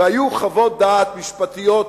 והיו חוות דעת משפטיות,